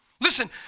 Listen